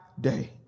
day